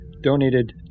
donated